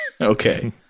Okay